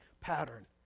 pattern